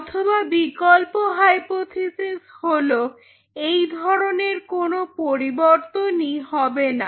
অথবা বিকল্প হাইপোথিসিস হল এই ধরনের কোনো পরিবর্তনই হবে না